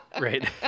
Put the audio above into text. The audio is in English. Right